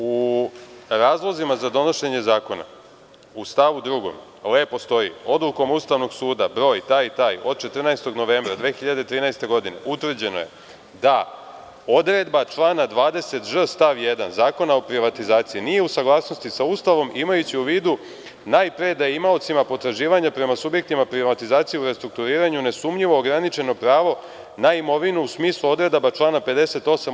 U razlozima za donošenje zakona u stavu 2. lepo stoji: „Odlukom Ustavnog suda, broj taj i taj, od 14. novembra 2013. godine utvrđeno je da odredba člana 20ž stav 1. Zakona o privatizaciji nije u saglasnosti sa Ustavom, imajući u vidu najpre da je imaocima potraživanja prema subjektima privatizacije u restrukturiranju nesumnjivo ograničeno pravo na imovinu u smislu odredaba člana 58.